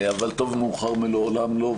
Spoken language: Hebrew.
אבל טוב מאוחר מאשר לעולם לא.